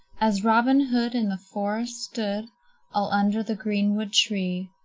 as robin hood in the forest stood all under the greenwood tree,